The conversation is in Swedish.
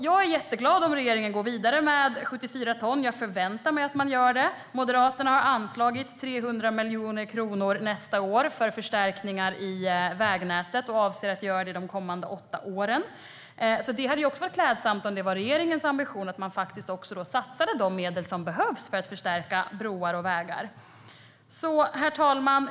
Jag är jätteglad om regeringen går vidare med 74 ton. Jag förväntar mig att ni gör det. Moderaterna har anslagit 300 miljoner kronor nästa år för förstärkningar i vägnätet och avser att göra det de kommande åtta åren. Det hade också varit klädsamt om regeringens ambition hade varit att satsa de medel som behövs för att förstärka broar och vägar. Herr talman!